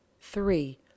three